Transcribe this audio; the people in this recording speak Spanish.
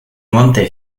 monte